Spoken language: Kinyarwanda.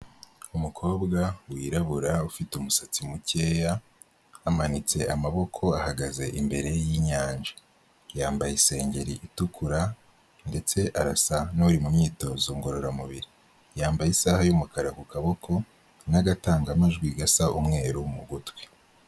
Umukobwa wirabura ufite umusatsi mukeya, amanitse amaboko ahagaze imbere y'inyanja, yambaye isengeri itukura ndetse arasa n'uri mu myitozo ngororamubiri, yambaye isaha y'umukara ku kaboko n'agatangamajwi gasa umweru mu gutwi.